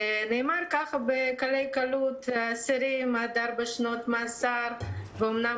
נאמר בקלי קלות: אסירים עד ארבע שנות מאסר אומנם